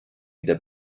wieder